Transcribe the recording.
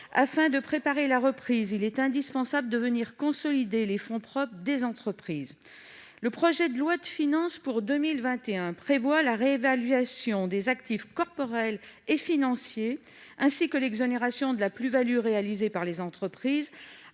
Afin de préparer la reprise, il est indispensable de venir consolider les fonds propres des entreprises. Le projet de loi de finances pour 2021 prévoit la réévaluation des actifs corporels et financiers, ainsi que l'exonération de la plus-value réalisée par les entreprises,